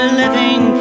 living